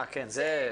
זו